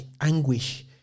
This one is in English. anguish